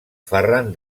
ferran